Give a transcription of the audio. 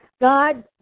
God